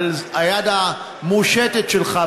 על היד המושטת שלך.